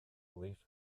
relief